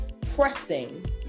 pressing